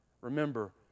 Remember